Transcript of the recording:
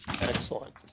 Excellent